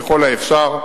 ככל האפשר,